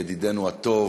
ידידנו הטוב,